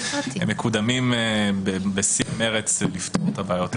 מקודמים בשיא המרץ כדי לפתור את הבעיות.